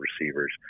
receivers